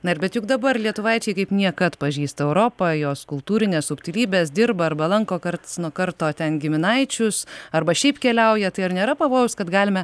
na ir bet juk dabar lietuvaičiai kaip niekad pažįsta europą jos kultūrines subtilybes dirba arba lanko karts nuo karto ten giminaičius arba šiaip keliauja tai ar nėra pavojaus kad galime